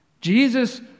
Jesus